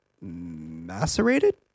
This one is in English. macerated